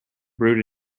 brewed